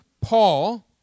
Paul